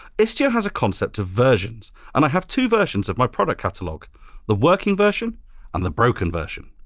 istio has a concept of versions. and i have two versions of my product catalog the working version and the broken version.